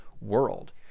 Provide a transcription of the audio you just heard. world